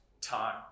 time